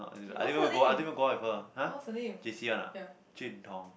not I didn't even go I didn't even go out with her !huh! J_C one ah Jun-Tong